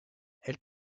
elle